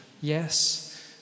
Yes